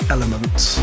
Elements